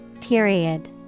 Period